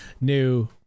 new